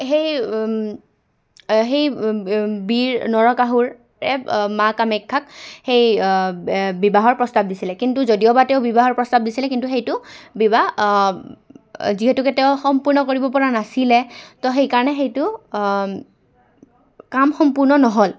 সেই সেই বীৰ নৰকাসুৰে মা কামাখ্যাক সেই বিবাহৰ প্ৰস্তাৱ দিছিলে কিন্তু যদিওবা তেওঁ বিবাহৰ প্ৰস্তাৱ দিছিলে কিন্তু সেইটো বিবাহ যিহেতুকে তেওঁ সম্পূৰ্ণ কৰিব পৰা নাছিলে তো সেইকাৰণে সেইটো কাম সম্পূৰ্ণ নহ'ল